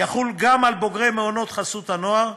יחול גם על בוגרי מעונות חסות הנוער.